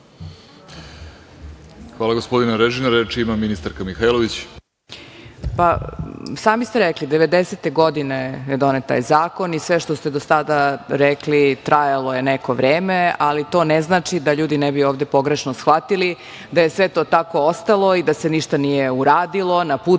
Hvala, gospodine Arežina. Reč ima ministarka Mihajlović. **Zorana Mihajlović** Sami ste rekli, devedesete godine je donet zakon i sve što ste do sada rekli, trajalo je neko vreme, ali to ne znači, da ljudi ne bi ovde pogrešno shvatili, da je sve to tako ostalo i da se ništa nije uradilo na